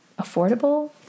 affordable